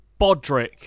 Bodrick